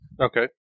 Okay